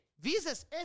Visas